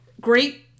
great